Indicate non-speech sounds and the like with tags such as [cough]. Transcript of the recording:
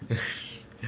[laughs]